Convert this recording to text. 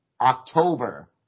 October